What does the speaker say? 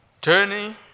Turning